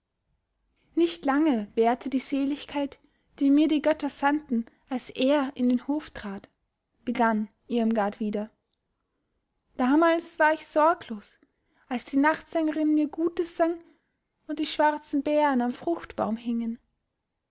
nicht lange währte die seligkeit die mir die götter sandten als er in den hof trat begann irmgard wieder damals war ich sorglos als die nachtsängerin mir gutes sang und die schwarzen beeren am fruchtbaum hingen